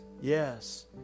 Yes